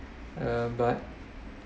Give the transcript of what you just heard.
uh but